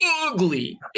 ugly